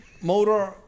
Motor